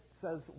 says